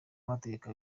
amategeko